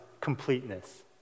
completeness